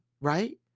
right